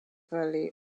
valley